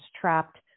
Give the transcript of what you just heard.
trapped